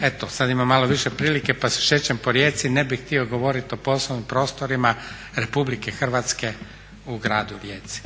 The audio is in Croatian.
eto sad ima malo više prilike pa se šećem po Rijeci, ne bih htio govoriti o poslovnim prostorima RH u gradu Rijeci.